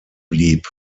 blieb